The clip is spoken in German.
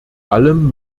allem